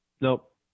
Nope